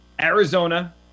Arizona